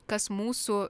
kas mūsų